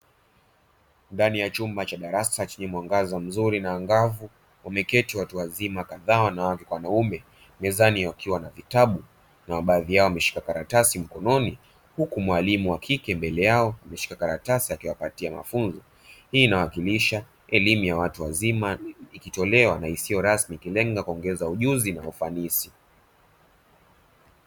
Ndani ya chumba cha darasa chenye mwangaza mzuri na angavu wameketi watu wazima kadhaa wanawake kwa wanaume mezani wakiwa na vitabu na baadhi yao wameshika karatasi mkononi huku mwalimu wa kike mbele yao ameshika karatasi akiwapatia mafunzo. Hii inawakilisha elimu ya watu wazima ikitolewa na isiyo rasmi ikilenga kuongeza ujuzi na ufanisi.